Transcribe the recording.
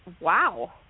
Wow